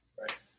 Right